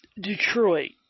Detroit